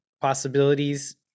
possibilities